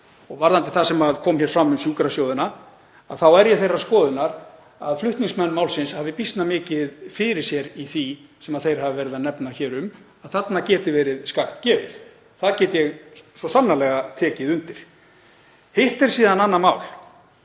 Varðandi það sem kom fram um sjúkrasjóðina þá er ég þeirrar skoðunar að flutningsmenn málsins hafi býsna margt fyrir sér í því sem þeir hafa verið að nefna, að þarna geti verið skakkt gefið. Það get ég svo sannarlega tekið undir. Hitt er síðan annað mál